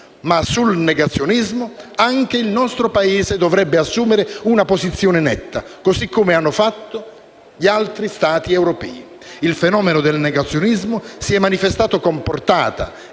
Sul negazionismo anche il nostro Paese dovrebbe assumere una posizione netta, così come hanno fatto gli altri Stati europei. Il fenomeno del negazionismo si è manifestato con portata